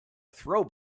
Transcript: throw